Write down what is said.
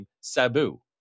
Sabu